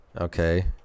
Okay